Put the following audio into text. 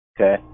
okay